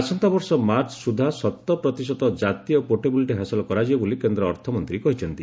ଆସନ୍ତାବର୍ଷ ମାର୍ଚ୍ଚ ସୁଦ୍ଧା ଶତପ୍ରତିଶତ ଜାତୀୟ ପୋର୍ଟେବିଲିଟି ହାସଲ କରାଯିବ ବୋଲି କେନ୍ଦ୍ର ଅର୍ଥମନ୍ତ୍ରୀ କହିଛନ୍ତି